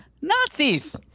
Nazis